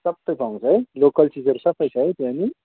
सबै पाउँछ है लोकल चिजहरू सबै छ है त्यहाँ नि